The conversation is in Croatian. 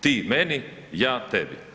Ti meni-ja tebi.